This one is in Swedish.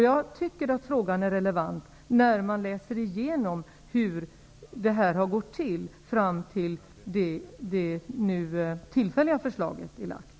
Jag tycker att frågan är relevant efter det att jag har läst igenom hur det har gått till fram till dess att det tillfälliga förslaget nu är framlagt.